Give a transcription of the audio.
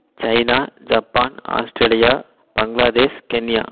China Japan Australia Bangladesh Kenya